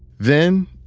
then,